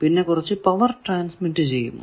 പിന്നെ കുറച്ചു power transmit ചെയ്യുന്നു